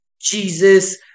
Jesus